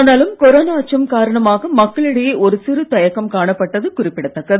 ஆனாலும் கொரோனா அச்சம் காரணமாக மக்களிடையே ஒரு சிறு தயக்கம் காணப்பட்டது குறிப்பிடத்தக்கது